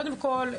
קודם כל,